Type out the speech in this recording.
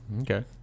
okay